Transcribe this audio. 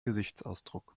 gesichtsausdruck